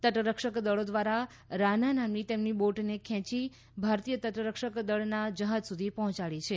તટરક્ષક દળી દ્વારા રાના નામની તેમની બોટને ખેંચી ભારતીય તટરક્ષક દળના જહાંજ સુધી પહોંચાડી છે